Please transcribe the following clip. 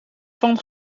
van